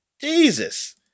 Jesus